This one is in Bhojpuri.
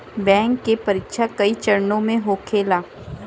बैंक के परीक्षा कई चरणों में होखेला